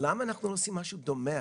--- למה אנחנו לא עושים משהו דומה?